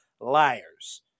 liars